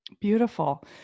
Beautiful